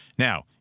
Now